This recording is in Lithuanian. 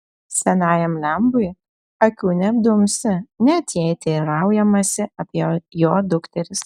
senajam lembui akių neapdumsi net jei teiraujamasi apie jo dukteris